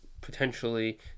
potentially